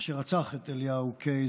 אשר רצח את אליהו קיי,